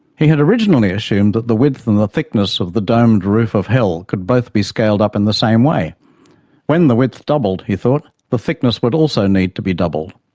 he had originally assumed that the width and the thickness of the domed roof of hell could both be scaled up in the same way when the width doubled, he thought, the thickness would also need to be doubled.